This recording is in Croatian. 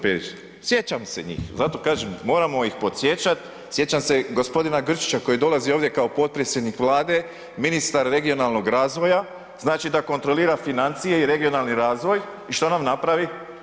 Perić, sjećam se njih, zato kažem, moramo ih podsjećat, sjećam se g. Grčića koja je dolazio ovdje kao potpredsjednik Vlade, ministar regionalnog razvoja, znači da kontrolira financije i regionalni razvoj i što nam napravi?